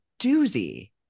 doozy